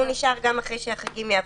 שהוא נשאר גם אחרי שהחגים יעברו,